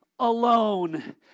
Alone